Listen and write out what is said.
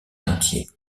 chantiers